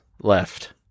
left